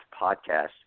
podcast